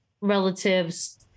relatives